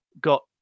got